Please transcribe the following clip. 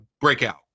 breakout